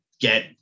get